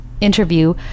interview